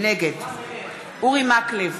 נגד אורי מקלב,